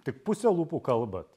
tik puse lūpų kalbat